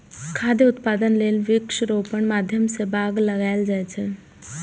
खाद्य उत्पादन लेल वृक्षारोपणक माध्यम सं बाग लगाएल जाए छै